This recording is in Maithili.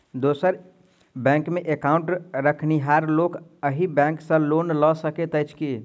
दोसर बैंकमे एकाउन्ट रखनिहार लोक अहि बैंक सँ लोन लऽ सकैत अछि की?